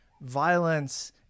violence